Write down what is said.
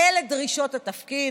אלו דרישות התפקיד,